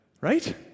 Right